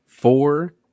Four